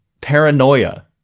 paranoia